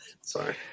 Sorry